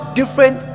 different